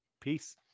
Peace